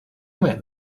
went